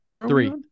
Three